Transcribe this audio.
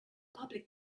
public